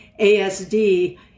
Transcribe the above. ASD